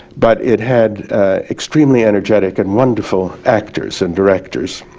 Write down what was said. but it had extremely energetic and wonderful actors and directors.